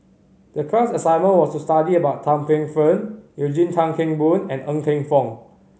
the class assignment was to study about Tan Paey Fern Eugene Tan Kheng Boon and Ng Teng Fong